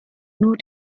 nur